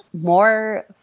More